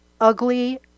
ugly